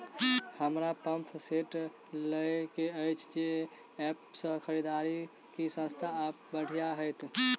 हमरा pump set लय केँ अछि केँ ऐप सँ खरिदियै की सस्ता आ बढ़िया हेतइ?